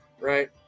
right